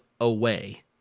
away